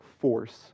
force